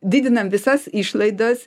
didinam visas išlaidas